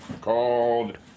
Called